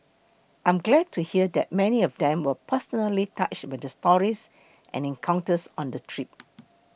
I'm glad to hear that many of them were personally touched by the stories and encounters on the trip